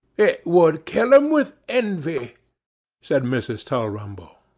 it would kill them with envy said mrs. tulrumble.